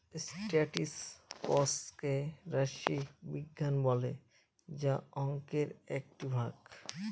statistics কে রাশি বিজ্ঞান বলে যা অংকের একটি ভাগ